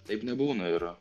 taip nebūna ir